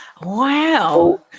Wow